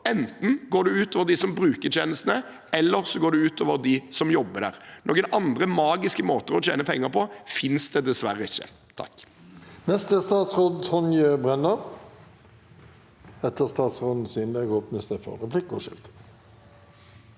Enten går det ut over dem som bruker tjenestene, eller så går det ut over dem som jobber der. Noen andre, magiske måter å tjene penger på, finnes det dessverre ikke.